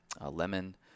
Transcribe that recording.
lemon